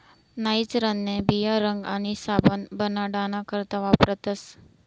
नाइजरन्या बिया रंग आणि साबण बनाडाना करता वापरतस